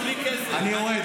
אני יורד,